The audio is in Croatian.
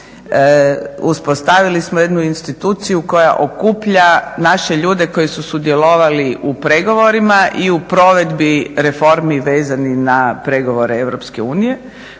uspostavili smo jednu instituciju koja okuplja naše ljude koji su sudjelovali u pregovorima i u provedbi reformi vezni na pregovore EU.